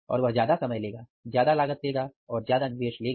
और यह ज्यादा समय लेगा ज्यादा लागत लेगा और ज्यादा निवेश लेगा